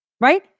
Right